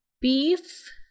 beef